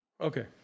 Okay